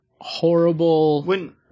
horrible